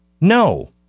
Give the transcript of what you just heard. No